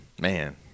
man